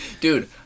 Dude